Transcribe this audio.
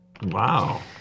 Wow